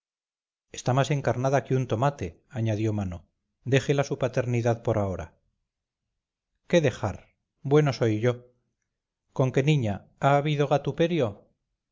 está más encarnada que un tomate añadió mano déjela su paternidad por ahora qué dejar bueno soy yo conque niña ha habido